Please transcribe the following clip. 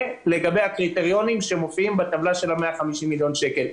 זה לגבי הקריטריונים שמופיעים בטבלה של 150 מיליון השקלים.